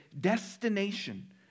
destination